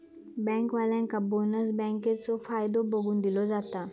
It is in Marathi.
बँकेवाल्यांका बोनस बँकेचो फायदो बघून दिलो जाता